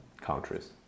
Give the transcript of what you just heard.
countries